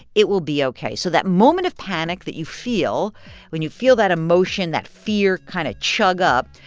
it will be ok. so that moment of panic that you feel when you feel that emotion, that fear, kind of chug up,